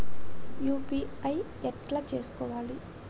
UPI ఎట్లా చేసుకోవాలి?